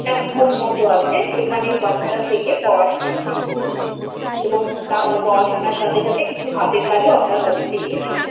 একটা হোম মতো আছে সেখানেই বাচ্চারা থেকে পড়াশোনা শিখবে এবং তা পড়াশোনার সাথে সাথে কিছু হাতের কাজও আমরা তাদেরকে দিয়ে শেখাই